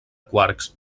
quarks